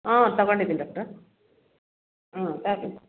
ಹ್ಞೂ ತಗೊಂಡಿದೀನಿ ಡಾಕ್ಟರ್ ಹ್ಞೂ